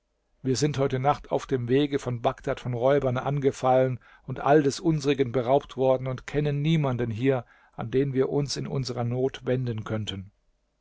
wir sind heute nacht auf dem wege von bagdad von räubern angefallen und all des unsrigen beraubt worden und kennen niemanden hier an den wir uns in unserer not wenden könnten